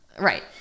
right